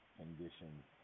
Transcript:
conditions